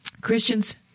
Christians